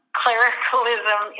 clericalism